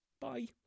Bye